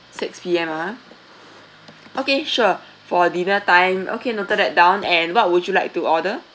six P_M ah okay sure for dinner time okay noted that down and what would you like to order